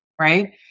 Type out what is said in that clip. Right